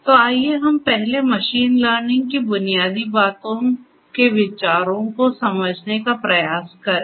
तो आइए हम पहले मशीन लर्निंग की बुनियादी बातों के विचारों को समझने का प्रयास करें